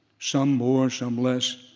some more, some less,